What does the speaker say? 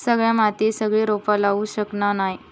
सगळ्या मातीयेत सगळी रोपा लावू शकना नाय